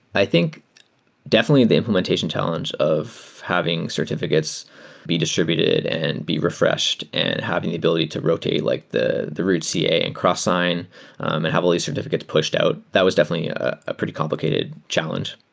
i think definitely the imp lementation challenge of having certificates be distr ibuted and be refreshed and having the ability to rotate like the the root ca and cross sign and heavily certificates pushed out. that was definitely a pretty complicated challenge.